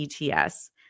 ETS